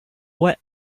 wet